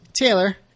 Taylor